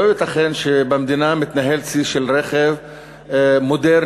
לא ייתכן שבמדינה מתנהל צי של רכב מודרני,